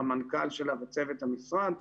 המנכ"ל שלה וצוות המשרד,